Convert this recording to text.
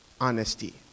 honesty